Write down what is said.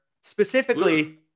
specifically